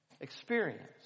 experience